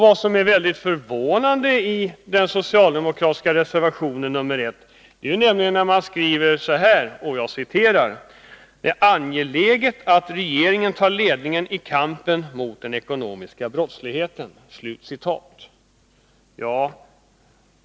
Vad som är väldigt förvånande i den socialdemokratiska reservationen 1 är att man skriver att det är angeläget ”att regeringen tar ledningen i kampen mot den ekonomiska brottsligheten”.